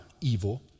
evil